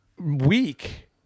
Week